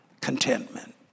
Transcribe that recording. contentment